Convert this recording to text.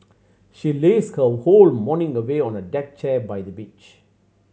she lazed her whole morning away on a deck chair by the beach